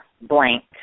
blank